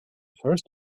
first